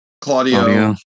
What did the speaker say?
Claudio